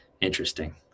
Interesting